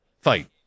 fight